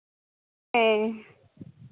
ᱦᱮᱸ